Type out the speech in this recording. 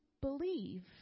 believe